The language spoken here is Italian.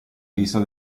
lista